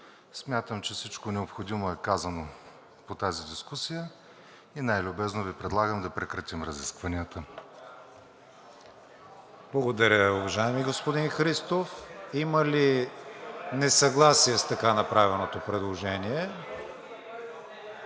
Смятам, че всичко необходимо е казано по тази дискусия и най-любезно Ви предлагам да прекратим разискванията. ПРЕДСЕДАТЕЛ КРИСТИАН ВИГЕНИН: Благодаря, уважаеми господин Христов. Има ли несъгласие с така направеното предложение?